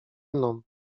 mną